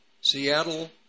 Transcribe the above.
Seattle